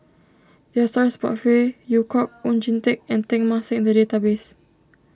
there are stories about Phey Yew Kok Oon Jin Teik and Teng Mah Seng in the database